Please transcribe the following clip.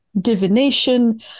divination